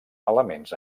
elements